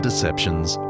Deceptions